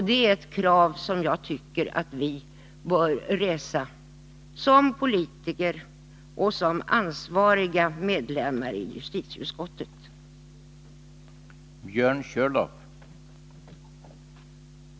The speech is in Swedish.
Det är ett krav som jag tycker att vi, som politiker och som ansvariga ledamöter i justitieutskottet, bör resa.